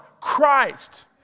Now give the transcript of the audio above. Christ